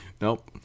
Nope